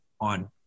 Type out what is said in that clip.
on